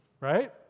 right